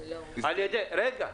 --- רגע.